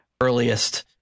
earliest